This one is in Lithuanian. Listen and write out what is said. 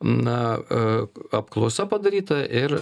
na apklausa padaryta ir